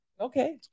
Okay